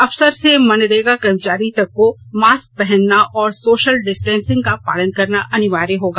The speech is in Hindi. अफसर से मनरेगा कर्मचारी तक को मास्क पहनना और सोषल डिस्टेंसिंग का पालन करना अनिवार्य होगा